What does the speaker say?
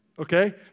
Okay